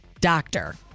Doctor